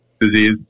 disease